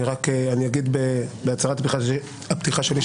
אני רק אגיד בהצהרת הפתיחה שלי,